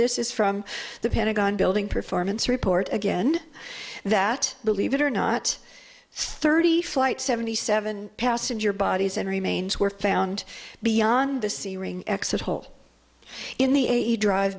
this is from the pentagon building performance report again that believe it or not thirty flight seventy seven passenger bodies and remains were found beyond the sea ring exit hole in the a drive